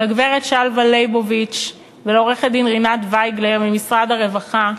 לגברת שלוה ליבוביץ ולעורכת-דין רינת וייגלר ממשרד הרווחה,